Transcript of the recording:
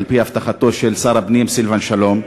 על-פי הבטחתו של שר הפנים סילבן שלום.